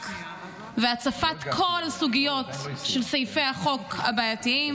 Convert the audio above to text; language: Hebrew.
שהמאבק והצפת כל הסוגיות של סעיפי החוק הבעייתיים,